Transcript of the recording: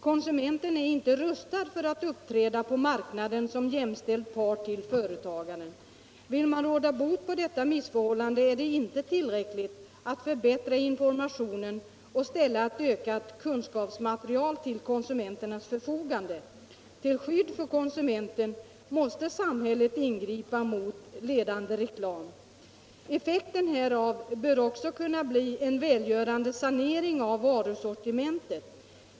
Konsumenten är inte rustad för att uppträda på marknaden som jämställd part till företagaren. Vill man råda bot på detta missförhållande är det inte tillräckligt att förbättra informationen och ställa ett ökat kunskapsmaterial till konsumenternas förfogande. Till skydd för konsumenten måste samhället ingripa mot osunda affärsmetoder, försäljningsjippon och vilseledande reklam. Effekten härav bör också kunna bli en välgörande sanering av varusortimentet.